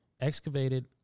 excavated